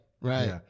right